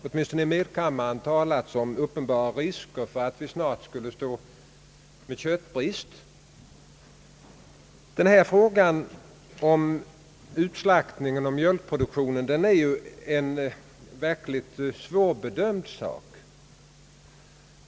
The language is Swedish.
Åtminstone i medkammaren har i dag talats om uppenbara risker för att vi snart skulle stå med köttbrist. Frågan om utslaktningen och mjölkproduktionen är svårbedömd.